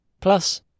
Plus